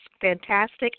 fantastic